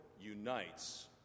unites